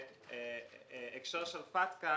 בהקשר של פטקא,